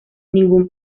ningún